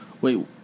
Wait